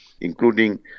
including